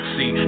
See